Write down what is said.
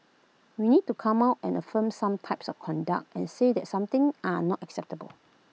we need to come out and affirm some types of conduct and say that some things are not acceptable